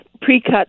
pre-cut